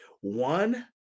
one